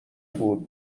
بود